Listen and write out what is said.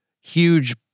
huge